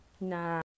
Nah